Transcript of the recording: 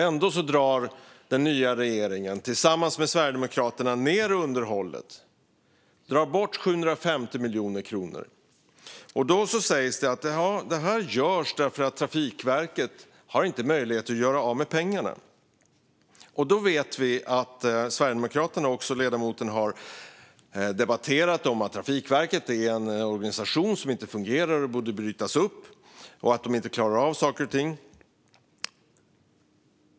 Ändå drar den nya regeringen, tillsammans med Sverigedemokraterna, ned på underhållet - drar bort 750 miljoner kronor. Det sägs att detta görs därför att Trafikverket inte har möjlighet att göra av med pengarna. Vi vet att Sverigedemokraterna och ledamoten i debatter har framfört att Trafikverket är en organisation som inte fungerar och borde brytas upp och att de inte klarar av saker och ting.